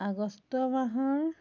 আগষ্ট মাহৰ